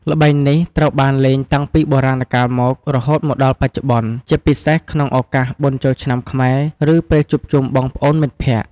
ល្បែងនេះត្រូវបានលេងតាំងពីបុរាណកាលមក រហូតមកដល់បច្ចុប្បន្ន ជាពិសេសក្នុងឱកាសបុណ្យចូលឆ្នាំខ្មែរ ឬពេលជួបជុំបងប្អូនមិត្តភក្តិ។